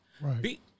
Right